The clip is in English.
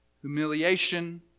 humiliation